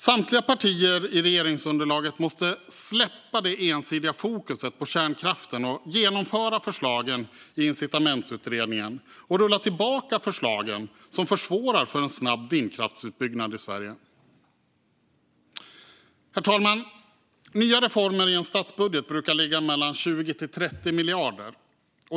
Samtliga partier i regeringsunderlaget måste släppa det ensidiga fokuset på kärnkraften, genomföra förslagen i incitamentsutredningen och rulla tillbaka förslagen som försvårar för en snabb vindkraftsutbyggnad i Sverige. Herr talman! Nya reformer i en statsbudget brukar ligga på mellan 20 och 30 miljarder.